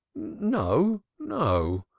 no, no.